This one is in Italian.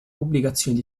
pubblicazione